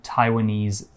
Taiwanese